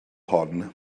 hon